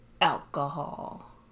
Alcohol